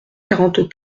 quarante